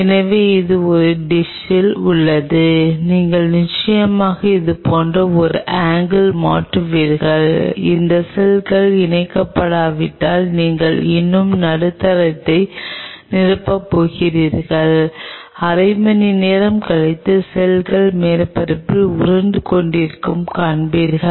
எனவே இது ஒரு டிஷில் உள்ளது நீங்கள் நிச்சயமாக இது போன்ற ஒரு ஆங்கில் மாற்றுவீர்கள் இந்த செல்கள் இணைக்கப்படாவிட்டால் நீங்கள் இன்னும் நடுத்தரத்தை நிரப்பப் போகிறீர்கள் அரை மணி நேரம் கழித்து செல்கள் மேற்பரப்பில் உருண்டு கொண்டிருப்பதைக் காண்பீர்கள்